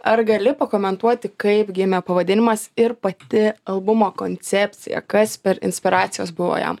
ar gali pakomentuoti kaip gimė pavadinimas ir pati albumo koncepcija kas per inspiracijos buvo jam